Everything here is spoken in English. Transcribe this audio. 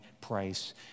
price